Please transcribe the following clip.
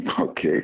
Okay